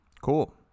Cool